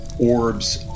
orbs